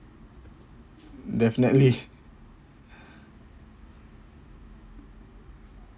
definitely